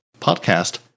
podcast